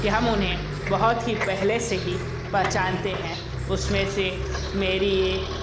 कि हम उन्हें बहुत ही पहले से ही पहचानते हैं उस में से मेरी एक